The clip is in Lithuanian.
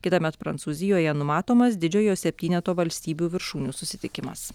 kitąmet prancūzijoje numatomas didžiojo septyneto valstybių viršūnių susitikimas